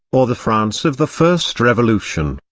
or the france of the first revolution,